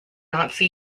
nazi